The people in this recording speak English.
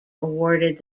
awarded